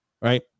Right